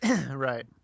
Right